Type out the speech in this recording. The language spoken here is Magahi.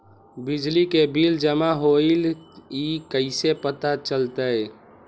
बिजली के बिल जमा होईल ई कैसे पता चलतै?